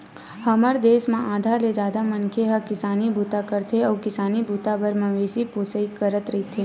हमर देस म आधा ले जादा मनखे ह किसानी बूता करथे अउ किसानी बूता बर मवेशी पोसई करे रहिथे